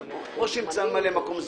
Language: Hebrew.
או שימצא ממלא מקום זמני.